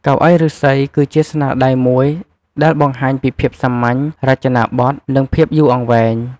កៅអីឫស្សី គឺជាស្នាដៃមួយដែលបង្ហាញពីភាពសាមញ្ញ រចនាបថ និងភាពយូរអង្វែង ។